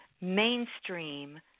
mainstream